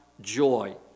joy